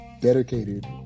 dedicated